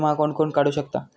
विमा कोण कोण काढू शकता?